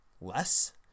less